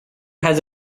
has